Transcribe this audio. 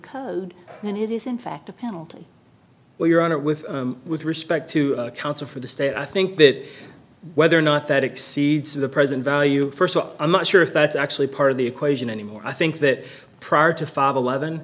code then it is in fact a penalty or your honor with with respect to counsel for the state i think that whether or not that exceeds the present value first of all i'm not sure if that's actually part of the equation anymore i think that prior to fava lev